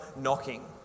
knocking